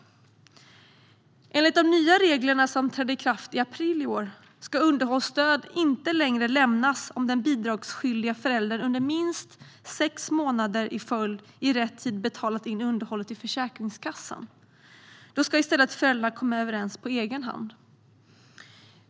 Enligt de nya reglerna, som trädde i kraft i april i år, ska underhållsstöd inte längre lämnas om den bidragsskyldige föräldern under minst sex månader i följd har betalat in underhållet till Försäkringskassan i rätt tid. Då ska i stället föräldrarna komma överens på egen hand.